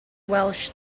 welsh